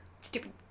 stupid